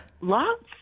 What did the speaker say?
Lots